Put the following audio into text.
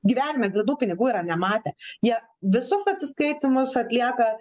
gyvenime grynų pinigų yra nematę jie visus atsiskaitymus atlieka